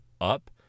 up